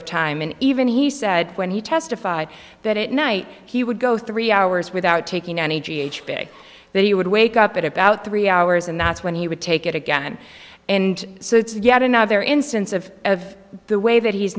of time and even he said when he testified that it night he would go three hours without taking any g h big that he would wake up at about three hours and that's when he would take it again and so it's yet another instance of the way that he